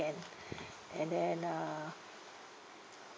can and then uh